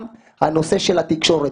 גם הנושא של התקשורת.